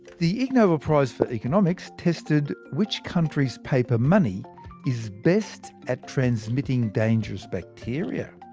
the ig nobel prize for economics tested which country's paper money is best at transmitting dangerous bacteria.